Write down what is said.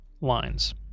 lines